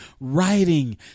Writing